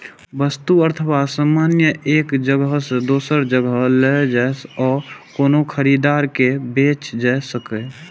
वस्तु अथवा सामान एक जगह सं दोसर जगह लए जाए आ कोनो खरीदार के बेचल जा सकै